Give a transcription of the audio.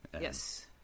Yes